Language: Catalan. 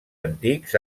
antics